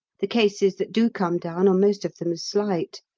the cases that do come down are most of them slight.